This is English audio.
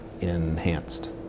enhanced